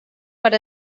per